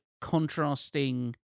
contrasting